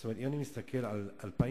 זאת אומרת, אם אני מסתכל על 2004,